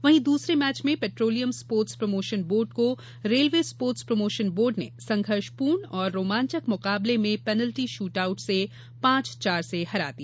वहीं दूसरे मैच में पेट्रोलियम स्पोर्टस प्रमोशन बोर्ड को रेलवे स्पोर्टस प्रमोशन बोर्ड ने संघर्षपूर्ण और रोमांचक मुकाबले में पेनल्टी शूट आउट से पांच चार से हराया